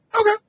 Okay